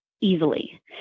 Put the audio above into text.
easily